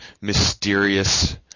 mysterious